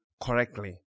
correctly